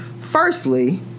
Firstly